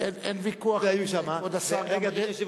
אין ויכוח לגבי זה,